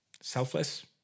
Selfless